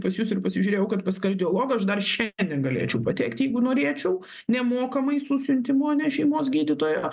pas jus ir pasižiūrėjau kad pas kardiologą aš dar šiandien galėčiau patekti jeigu norėčiau nemokamai su siuntimu ane šeimos gydytojo